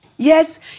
Yes